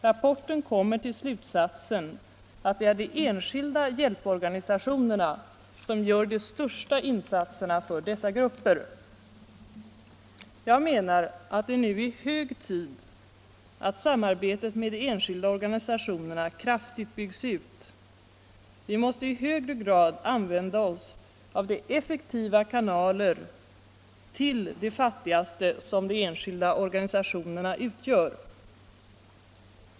Rapporten kommer till slutsatsen att det är de enskilda hjälporganisationerna som gör de största insatserna för dessa grupper. Jag menar att det nu är hög tid att samarbetet med de enskilda organisationerna kraftigt byggs ut. Vi måste i högre grad använda oss av de effektiva kanaler till de fattigaste som de enskilda organisationerna utgör.